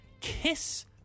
kiss